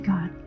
God